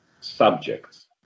subjects